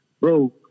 bro